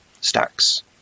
stacks